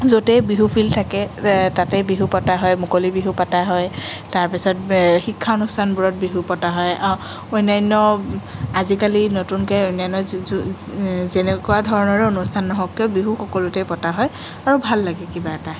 য'তেই বিহু ফিল্ড থাকে তাতেই বিহু পতা হয় মুকলি বিহু পতা হয় তাৰপিছত শিক্ষা অনুষ্ঠানবোৰত বিহু পতা হয় অনান্য আজিকালি নতুনকৈ অনান্য যেনেকুৱা ধৰণৰ অনুষ্ঠান নহওঁক কিয় বিহু সকলোতেই পতা হয় আৰু ভাল লাগে কিবা এটা